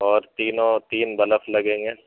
اور تینوں تین بلف لگیں گے